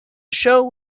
show